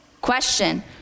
Question